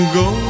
go